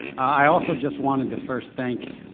i also just wanted to first thank,